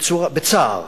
בצער